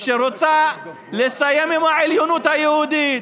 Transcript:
שרוצה לסיים עם העליונות היהודית,